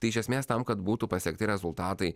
tai iš esmės tam kad būtų pasiekti rezultatai